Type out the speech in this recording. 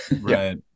Right